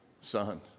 son